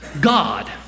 God